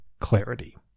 clarity